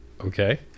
Okay